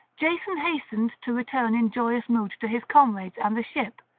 jason hastened to return in joyous mood to his comrades and the ship,